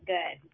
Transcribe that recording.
Good